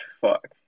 fuck